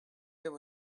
there